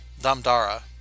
Damdara